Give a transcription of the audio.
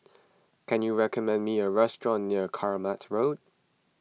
can you recommend me a restaurant near Kramat Road